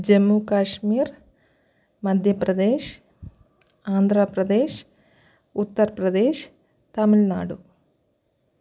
Jammu Kashmir Madhya Pradesh Andhra Pradesh Uttar Pradesh Tamil Nadu